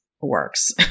works